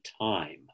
time